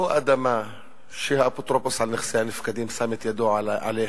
או אדמה שהאפוטרופוס על נכסי הנפקדים שם את ידו עליה,